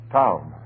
town